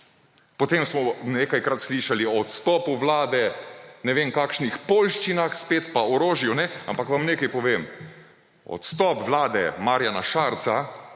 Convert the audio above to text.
Potem smo nekajkrat slišali o odstopu Vlade, ne vem kakšnih poljščinah spet pa orožju. Ampak vam nekaj povem, odstop vlade Marjana Šarca